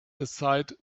aside